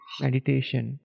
meditation